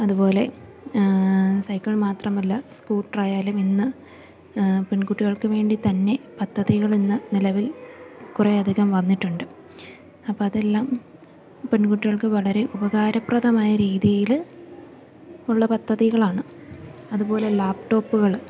അതുപോലെ സൈക്കിൾ മാത്രമല്ല സ്കൂട്ടറായാലും ഇന്ന് പെൺകുട്ടികൾക്ക് വേണ്ടി തന്നെ പദ്ധതികളിന്ന് നിലവിൽ കുറേയധികം വന്നിട്ടുണ്ട് അപ്പം അതെല്ലാം പെൺകുട്ടികൾക്ക് വളരെ ഉപകാരപ്രദമായ രീതിയിൽ ഉള്ള പദ്ധതികളാണ് അതുപോലെ ലാപ്ടോപ്പുകള്